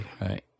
right